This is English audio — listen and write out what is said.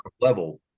level